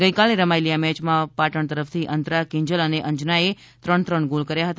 ગઇકાલે રમાયેલી આ મેચમાં પાટણ તરફથી અંતરા કિંજલ અને અંજના એ ત્રણ ત્રણ ગોલ કર્યા હતા